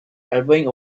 elbowing